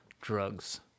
drugs